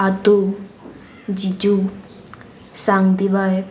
आतू जिजू सांग दिवाय